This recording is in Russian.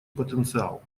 потенциал